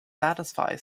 satisfy